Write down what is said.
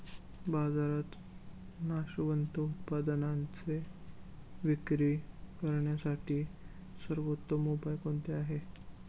बाजारात नाशवंत उत्पादनांची विक्री करण्यासाठी सर्वोत्तम उपाय कोणते आहेत?